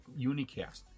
unicast